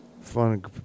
fun